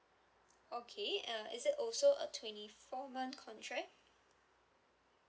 okay uh is it also a twenty four month contract